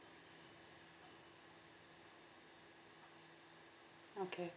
okay